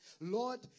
Lord